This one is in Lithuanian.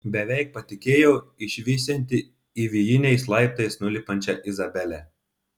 beveik patikėjo išvysianti įvijiniais laiptais nulipančią izabelę